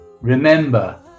remember